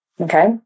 Okay